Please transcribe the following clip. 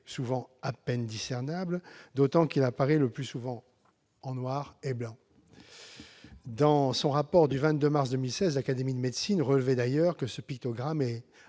souvent à peine discernable, d'autant qu'il apparaît généralement en noir et blanc. Dans son rapport du 22 mars 2016, l'Académie de médecine relevait d'ailleurs que ce pictogramme est